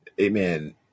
Amen